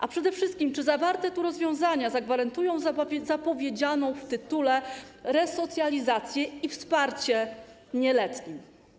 A przede wszystkim czy zawarte tu rozwiązania zagwarantują zapowiedzianą w tytule resocjalizację i wsparcie nieletnich?